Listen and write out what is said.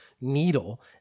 needle